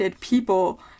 people